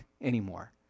anymore